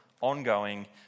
ongoing